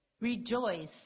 Rejoice